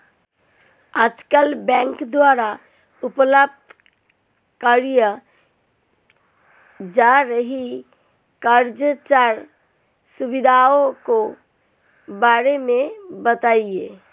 आजकल बैंकों द्वारा उपलब्ध कराई जा रही कोई चार सुविधाओं के बारे में बताइए?